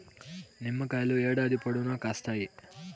నిమ్మకాయలు ఏడాది పొడవునా కాస్తాయి